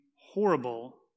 horrible